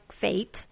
fate